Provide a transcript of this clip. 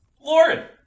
Lauren